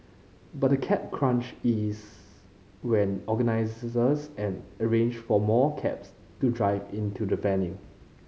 but the cab crunch ease when organisers an arrange for more cabs to drive into the venue